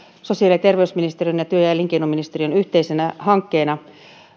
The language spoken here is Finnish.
sosiaali ja terveysministeriön ja työ ja elinkeinoministeriön yhteisenä hankkeena